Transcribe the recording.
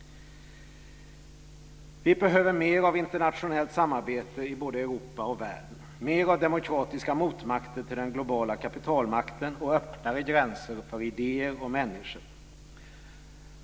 Vi behöver mer av internationellt samarbete i både Europa och världen, mer av demokratiska motmakter till den globala kapitalmakten och öppnare gränser för idéer och människor.